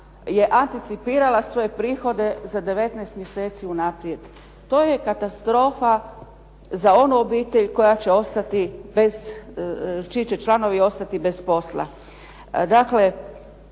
je anticipirala svoje prihode za 19 mjeseci unaprijed. To je katastrofa za onu obitelj koja će ostati bez,